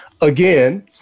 again